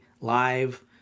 live